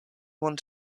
one